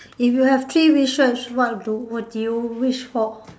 if you have three wishes what do what do you wish for